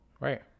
right